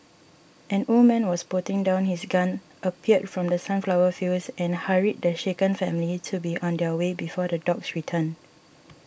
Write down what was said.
an old man was putting down his gun appeared from the sunflower fields and hurried the shaken family to be on their way before the dogs return